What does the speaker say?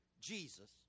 Jesus